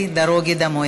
כי לא קל להם.